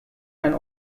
ein